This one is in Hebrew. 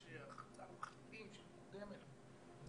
יש הצעת מחליטים שמוסכמת.